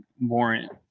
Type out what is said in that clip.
warrant